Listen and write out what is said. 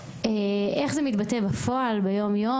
איך זה מתבטא בפועל, ביום יום?